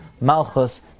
malchus